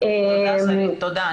תודה שרית.